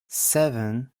seven